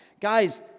Guys